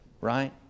right